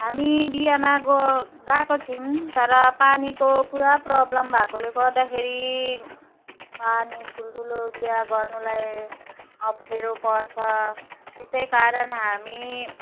हामी बिहामा गए गएको छौँ तर पानीको पुरा प्रब्लम भएकाले गर्दाखेरि पानी ठुल्ठुलो बिहा गर्नुलाई अप्ठ्यारो पर्छ त्यसै कारण हामी